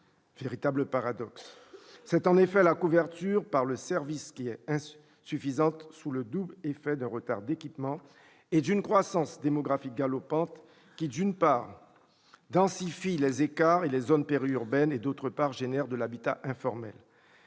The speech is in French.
paradoxe ! La couverture par le service est en effet insuffisante, sous le double effet d'un retard d'équipement et d'une démographie galopante qui, d'une part, densifie les écarts et les zones périurbaines et, d'autre part, fait naître de l'habitat informel.